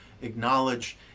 acknowledge